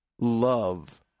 love